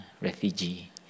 refugee